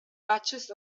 patches